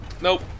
Nope